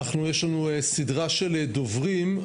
יש לנו סדרה של דוברים.